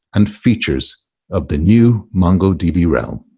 and features of the new mongodb realm.